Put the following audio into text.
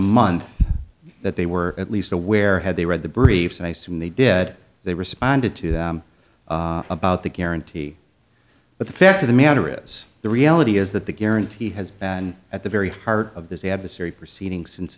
month that they were at least aware had they read the briefs and i assume they did they responded to about the guarantee but the fact of the matter is the reality is that the guarantee has been at the very heart of this adversary proceeding since